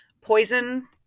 poison